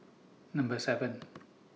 Number seven